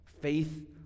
Faith